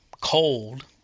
cold